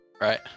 Right